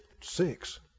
six